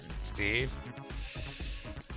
Steve